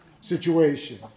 situation